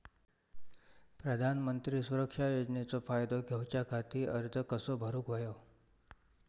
प्रधानमंत्री सुरक्षा योजनेचो फायदो घेऊच्या खाती अर्ज कसो भरुक होयो?